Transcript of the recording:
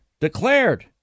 declared